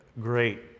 great